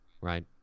Right